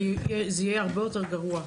זה יהיה הרבה יותר גרוע.